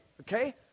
Okay